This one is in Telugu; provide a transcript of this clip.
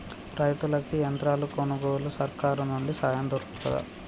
రైతులకి యంత్రాలు కొనుగోలుకు సర్కారు నుండి సాయం దొరుకుతదా?